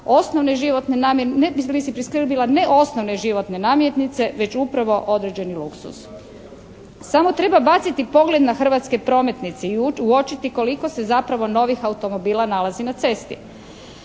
ne osnovne životne namirnice već upravo određeni luksuz. Samo treba baciti pogled na hrvatske prometnice i uočiti koliko se zapravo novih automobila nalazi na cesti.